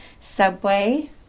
subway